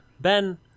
Ben